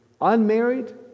unmarried